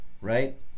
right